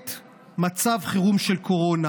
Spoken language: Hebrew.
בעת מצב חירום של קורונה,